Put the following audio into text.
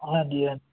ਹਾਂਜੀ ਹਾਂ